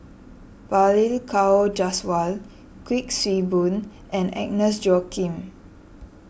Balli Kaur Jaswal Kuik Swee Boon and Agnes Joaquim